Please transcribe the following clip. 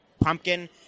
pumpkin